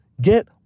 get